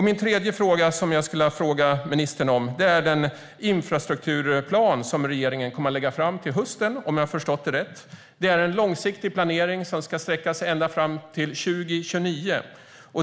Den tredje saken jag skulle vilja fråga ministern om är den infrastrukturplan som regeringen, om jag har förstått rätt, kommer att lägga fram till hösten. Det är en långsiktig planering som ska sträcka sig ända fram till 2029.